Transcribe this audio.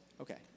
Okay